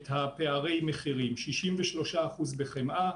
את פערי המחירים: 63% בחמאה,